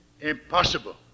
impossible